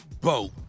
boat